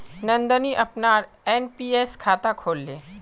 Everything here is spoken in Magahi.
नंदनी अपनार एन.पी.एस खाता खोलले